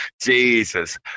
jesus